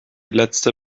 letzte